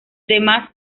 demás